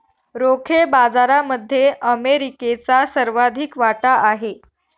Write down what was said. रोखे बाजारामध्ये अमेरिकेचा सर्वाधिक वाटा आहे